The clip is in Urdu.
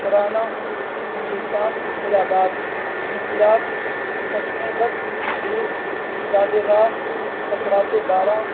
تراہنا ہندوستان زندہ باد انقلاب چشم بد دور زادِ راہ قطراتِ باراں